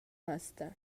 ааста